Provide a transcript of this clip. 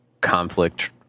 conflict